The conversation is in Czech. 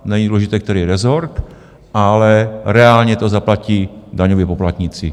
Není důležité, který rezort, ale reálně to zaplatí daňoví poplatníci.